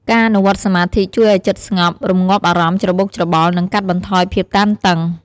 ការអនុវត្តសមាធិជួយឱ្យចិត្តស្ងប់ រម្ងាប់អារម្មណ៍ច្របូកច្របល់ និងកាត់បន្ថយភាពតានតឹង។